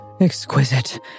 exquisite